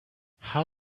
how